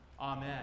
Amen